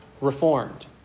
reformed